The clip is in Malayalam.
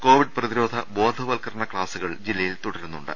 കോവിഡ് പ്രതിരോധ ബോധവ ത്കരണ ക്ലാസുകൾ ജില്ലയിൽ തുടരുന്നുണ്ട്